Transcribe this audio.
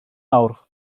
nawr